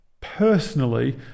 Personally